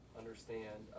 understand